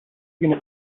going